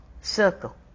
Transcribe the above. circle